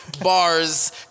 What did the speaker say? bars